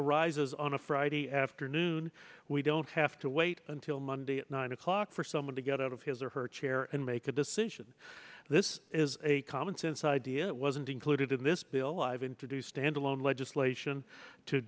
arises on a friday afternoon we don't have to wait until monday at nine o'clock for someone to get out of his or her chair and make a decision this is a commonsense idea that wasn't included in this bill i've introduced stand alone legislation to